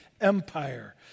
Empire